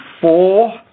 four